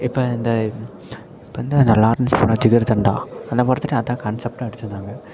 இப்போ இந்த இப்போ இந்த லாரன்ஸ் படம் ஜிகிருதண்டா அந்த படத்துக்கு அதுதான் கான்சப்ட்டாக எடுத்திருந்தாங்க